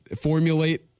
formulate